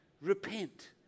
Repent